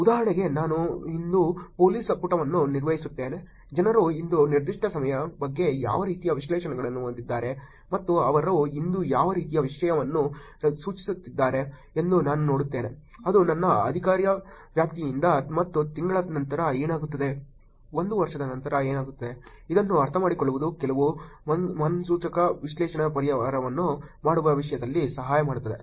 ಉದಾಹರಣೆಗೆ ನಾನು ಇಂದು ಪೊಲೀಸ್ ಪುಟವನ್ನು ನಿರ್ವಹಿಸುತ್ತೇನೆ ಜನರು ಇಂದು ನಿರ್ದಿಷ್ಟ ಸಮಸ್ಯೆಯ ಬಗ್ಗೆ ಯಾವ ರೀತಿಯ ವೀಕ್ಷಣೆಗಳನ್ನು ಹೊಂದಿದ್ದಾರೆ ಮತ್ತು ಅವರು ಇಂದು ಯಾವ ರೀತಿಯ ವಿಷಯವನ್ನು ರಚಿಸುತ್ತಿದ್ದಾರೆ ಎಂದು ನಾನು ನೋಡುತ್ತೇನೆ ಅದು ನನ್ನ ಅಧಿಕಾರ ವ್ಯಾಪ್ತಿಯಿಂದ ಮತ್ತು ತಿಂಗಳ ನಂತರ ಏನಾಗುತ್ತದೆ ಒಂದು ವರ್ಷದ ನಂತರ ಏನಾಗುತ್ತದೆ ಇದನ್ನು ಅರ್ಥಮಾಡಿಕೊಳ್ಳುವುದು ಕೆಲವು ಮುನ್ಸೂಚಕ ವಿಶ್ಲೇಷಣಾ ಪರಿಹಾರಗಳನ್ನು ಮಾಡುವ ವಿಷಯದಲ್ಲಿ ಸಹಾಯ ಮಾಡುತ್ತದೆ